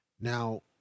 Now